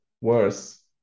worse